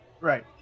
Right